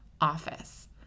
office